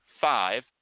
five